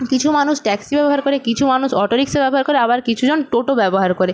কিছু মানুষ ট্যাক্সিও ব্যবহার করে কিছু মানুষ অটোরিকশা ব্যবহার করে আবার কিছুজন টোটো ব্যবহার করে